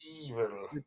Evil